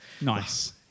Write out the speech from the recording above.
nice